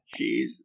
Jeez